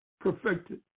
perfected